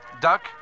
Duck